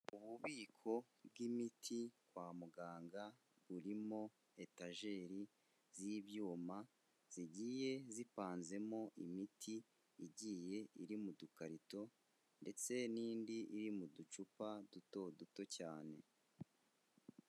Ububiko bw'imiti kwa muganga burimo etajeri z'ibyuma zigiye zipanzemo imiti igiye iri mu dukarito ndetse n'indi iri mu ducupa duto duto cyane.